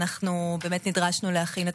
רואים את